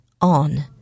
on